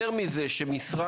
יותר מזה,